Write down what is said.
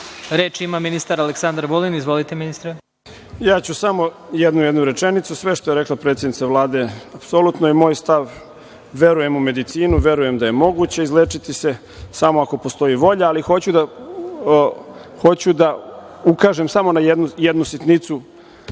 ima ministar Aleksandar Vulin. Izvolite. **Aleksandar Vulin** Ja ću samo jednu rečenicu. Sve što je rekla predsednica Vlade, apsolutno je i moj stav. Verujem u medicinu, verujem da je moguće izlečiti se samo ako postoji volja. Hoću da ukažem samo na jednu sitnicu